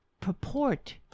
purport